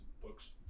books